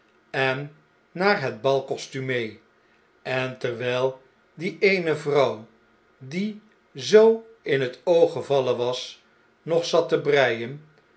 en naar het bal c o s t u m e en terwjjl die eene vrouw die zoo in het oog gevallen was nog zat te breien